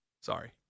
Sorry